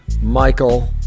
michael